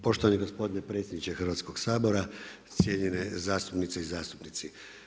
Poštovani gospodine predsjedniče Hrvatsko sabora, cijenjene zastupnice i zastupnici.